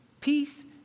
Peace